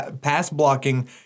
pass-blocking